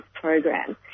program